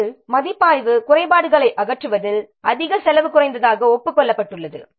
உண்மையில் மதிப்பாய்வு குறைபாடுகளை அகற்றுவதில் அதிக செலவு குறைந்ததாக ஒப்புக் கொள்ளப்பட்டுள்ளது